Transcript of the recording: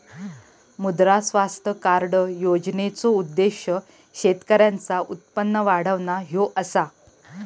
मुद्रा स्वास्थ्य कार्ड योजनेचो उद्देश्य शेतकऱ्यांचा उत्पन्न वाढवणा ह्यो असा